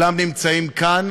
וכולם נמצאים כאן.